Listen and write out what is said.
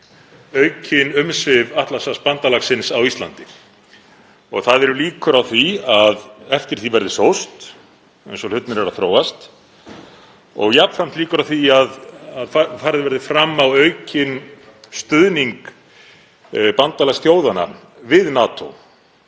aukin umsvif Atlantshafsbandalagsins á Íslandi? Það eru líkur á því að eftir því verður sóst eins og hlutirnir eru að þróast og jafnframt líkur á því að farið verði fram á aukinn stuðning bandalagsþjóðanna við NATO